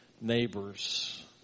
neighbors